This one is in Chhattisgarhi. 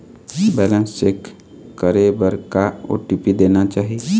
बैलेंस चेक करे बर का ओ.टी.पी देना चाही?